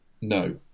No